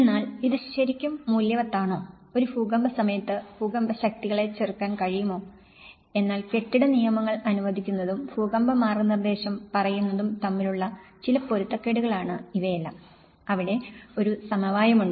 എന്നാൽ ഇത് ശരിക്കും മൂല്യവത്താണോ ഒരു ഭൂകമ്പ സമയത്ത് ഭൂകമ്പ ശക്തികളെ ചെറുക്കാൻ കഴിയുമോ എന്നാൽ കെട്ടിട നിയമങ്ങൾ അനുവദിക്കുന്നതും ഭൂകമ്പ മാർഗ്ഗനിർദ്ദേശം പറയുന്നതും തമ്മിലുള്ള ചില പൊരുത്തക്കേടുകളാണ് ഇവയെല്ലാം അവിടെ ഒരു സമവായമുണ്ട്